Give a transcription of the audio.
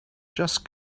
just